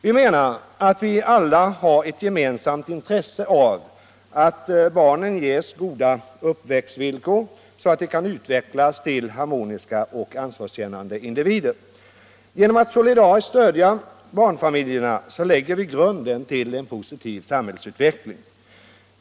Vi menar att alla har ett gemensamt intresse av att barnen ges goda uppväxtvillkor, så att de kan utvecklas till harmoniska och ansvarskännande individer. Genom att solidariskt stödja barnfamiljerna lägger man grunden till en positiv samhällsutveckling.